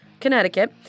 Connecticut